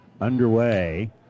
underway